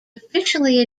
officially